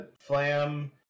Flam